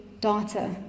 data